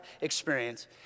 experience